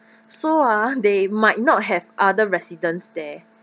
so ah they might not have other residents there